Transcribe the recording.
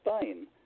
spain